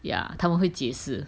ya 他们会解释